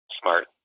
smart